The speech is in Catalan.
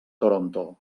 toronto